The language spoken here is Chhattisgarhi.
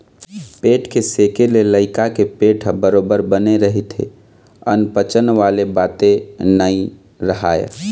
पेट के सेके ले लइका के पेट ह बरोबर बने रहिथे अनपचन वाले बाते नइ राहय